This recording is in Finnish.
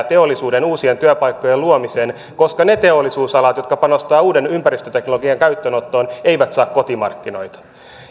teollisuuden uusien työpaikkojen luomisen koska ne teollisuusalat jotka panostavat uuden ympäristöteknologian käyttöönottoon eivät saa kotimarkkinoita